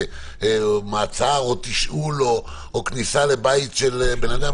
מעצר או תשאול או כניסה לבית של אדם.